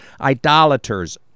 idolaters